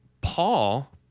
Paul